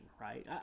right